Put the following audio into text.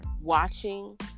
watching